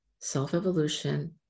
self-evolution